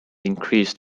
increased